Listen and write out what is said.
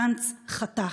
גנץ חתך.